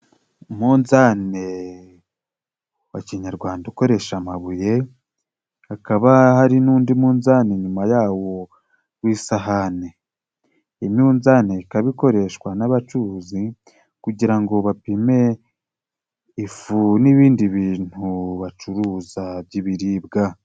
Umunzane wa kinyarwanda ukoresha amabuye, hakaba hari n'undi munzane inyuma yawo w'isahane. Imyunzane ikaba ikoreshwa n'abacurukuzi, kugira ngo bapime ifu n'ibindi bintu bacuruza by'ibiribwa.